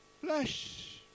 flesh